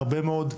להרבה מאוד,